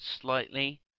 slightly